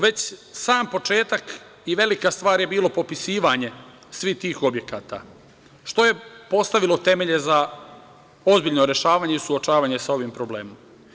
Već sam početak i velika stvar je bilo popisivanje svih tih objekata, što je postavilo temelje za ozbiljno rešavanje i suočavanje sa ovim problemom.